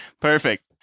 Perfect